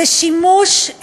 זה שימוש,